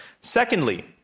Secondly